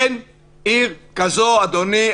אין עיר כזאת, אדוני.